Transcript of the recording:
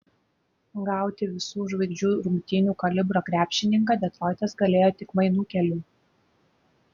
gauti visų žvaigždžių rungtynių kalibro krepšininką detroitas galėjo tik mainų keliu